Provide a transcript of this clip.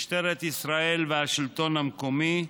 משטרת ישראל והשלטון המקומי,